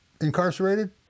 incarcerated